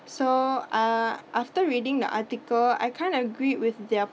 so uh after reading the article I kind of agree with their